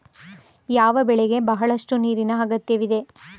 ಯಾವ ಬೆಳೆಗೆ ಬಹಳಷ್ಟು ನೀರಿನ ಅಗತ್ಯವಿದೆ?